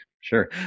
sure